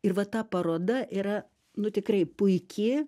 ir va ta paroda yra nu tikrai puiki